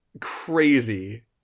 crazy